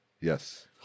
Yes